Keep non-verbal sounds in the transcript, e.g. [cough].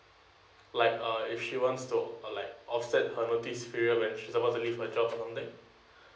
like uh if she wants to uh like offset her notice period when she's about to leave her job or something [breath]